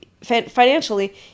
financially